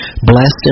blessed